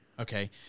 Okay